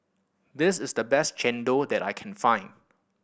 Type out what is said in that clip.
this is the best chendol that I can find